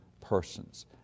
persons